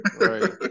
right